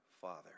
Father